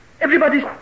Everybody's